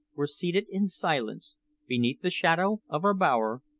were seated in silence beneath the shadow of our bower,